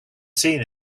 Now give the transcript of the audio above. seen